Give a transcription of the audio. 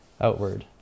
outward